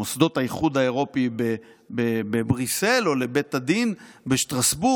למוסדות האיחוד האירופי בבריסל או לבית הדין בשטרסבורג.